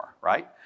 right